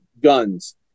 guns